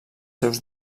seus